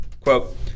quote